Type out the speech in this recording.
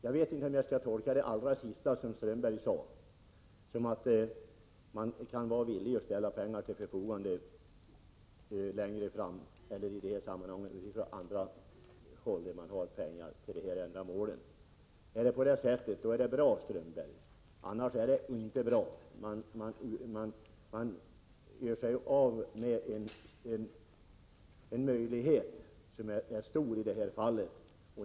Jag vet inte om jag skall tolka det allra sista som Håkan Strömberg sade som att man kan vara villig att ställa pengar till förfogande längre fram eller ta pengar från annat håll för det här ändamålet. Är det på det sättet, Håkan Strömberg, är det bra. Annars skulle man missa en stor chans.